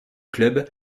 club